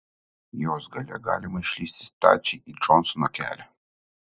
jos gale galima išlįsti stačiai į džonsono kelią